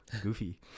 goofy